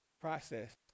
Process